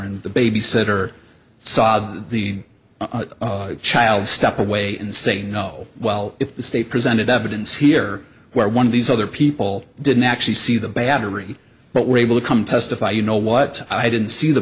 and the babysitter saw the child step away and say no well if the state presented evidence here where one of these other people didn't actually see the battery but were able to come testify you know what i didn't see the